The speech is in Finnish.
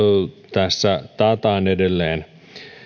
tässä taataan edelleen